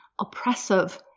oppressive